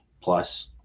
plus